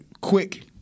quick